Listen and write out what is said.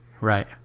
Right